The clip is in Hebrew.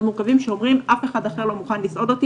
מורכבים שאומרים שאף אחד אחר לא מוכן לסעוד אותם,